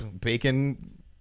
bacon